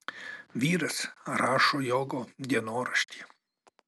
vyras rašo jogo dienoraštį